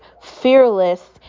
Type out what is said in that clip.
fearless